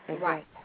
Right